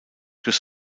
durch